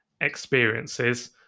experiences